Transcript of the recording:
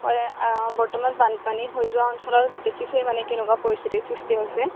হয় বৰ্তমান বানপানী হৈ যোৱা অঞ্চলত দেখিছে মানে কেনেকুৱা পৰিস্থিতিৰ সৃষ্টি হৈছে